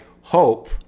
hope